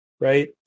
right